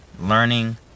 learning